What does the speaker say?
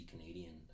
Canadian